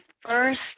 first